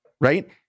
right